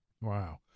Wow